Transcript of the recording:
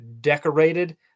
decorated